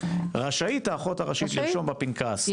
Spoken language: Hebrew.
רשאית האחות הראשית לרשום בפנקס.